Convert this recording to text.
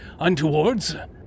untowards